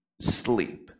sleep